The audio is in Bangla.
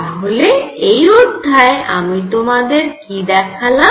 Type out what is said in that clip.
তাহলে এই অধ্যায়ে আমি তোমাদের কি দেখালাম